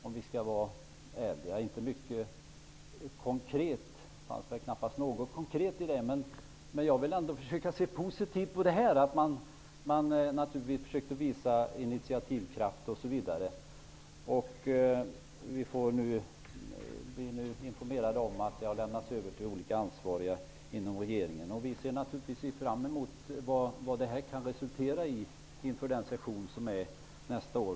Om vi skall vara ärliga innehöll det knappast något konkret. Men jag vill ändå försöka att ha en positiv syn, eftersom intiativkraft ändå visades. Vi blir nu informerade om att frågan om sysselsättningen har lämnats över till olika ansvariga inom regeringen. Vi ser naturligtvis fram emot vad detta kan resultera i inför nästa års session.